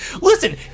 Listen